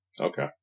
Okay